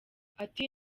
ati